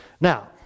Now